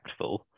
impactful